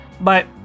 Bye